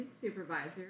supervisor